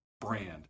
brand